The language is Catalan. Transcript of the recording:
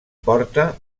porta